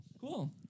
Cool